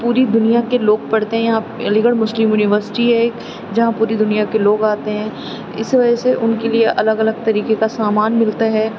پوری دنیا کے لوگ پڑھتے ہیں یہاں علی گڑھ مسلم یونیورسٹی ہے ایک جہاں پوری دنیا کے لوگ آتے ہیں اس وجہ سے ان کے لیے الگ الگ طریقے کا سامان ملتا ہے